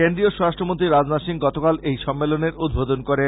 কেন্দ্রীয় স্বরাষ্ট্র মন্ত্রী রজনাথ সিং গতকাল এই সম্মেলনের উদ্ভোধন করেন